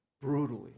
brutally